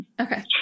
Okay